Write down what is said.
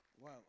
Wow